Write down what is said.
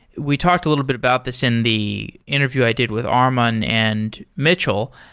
we talked a little bit about this in the interview i did with armon and mitchell.